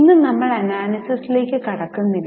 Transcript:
ഇന്ന് നമ്മൾ അനാലിസിസിലേക് കടക്കുന്നില്ല